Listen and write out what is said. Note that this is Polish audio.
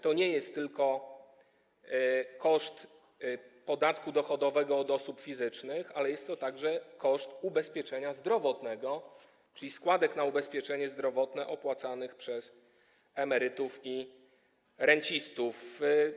To nie jest tylko koszt podatku dochodowego od osób fizycznych, ale jest to także koszt ubezpieczenia zdrowotnego, czyli składek na ubezpieczenie zdrowotne opłacanych przez emerytów i rencistów.